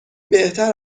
بهتر